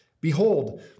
Behold